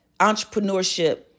entrepreneurship